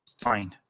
fine